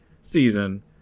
season